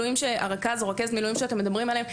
רכז או רכזת המילואים שאתם מדברים עליהם,